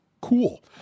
Cool